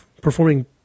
performing